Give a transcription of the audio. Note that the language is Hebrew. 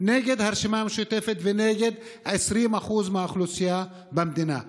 נגד הרשימה המשותפת ונגד 20% מהאוכלוסייה במדינה,